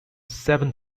seven